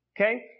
Okay